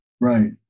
Right